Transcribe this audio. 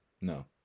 No